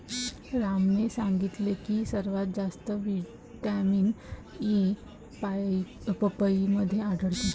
रामने सांगितले की सर्वात जास्त व्हिटॅमिन ए पपईमध्ये आढळतो